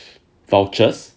vouchers